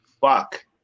Fuck